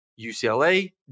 UCLA